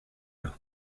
los